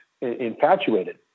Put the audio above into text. infatuated